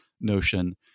notion